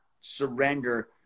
surrender